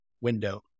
window